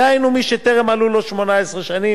דהיינו מי שטרם מלאו לו 18 שנים,